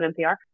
NPR